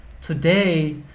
Today